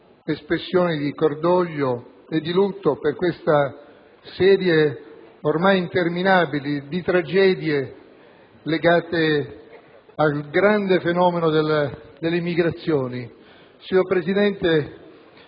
espressioni di cordoglio e di lutto per la serie, ormai interminabile, di tragedie legate al grande fenomeno delle immigrazioni. Ritengo